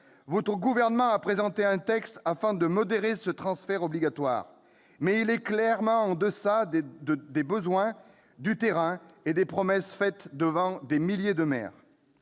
Votre gouvernement a présenté un texte afin de modérer ce transfert obligatoire, mais il est clairement en deçà des besoins du terrain et des promesses faites devant des milliers de maires.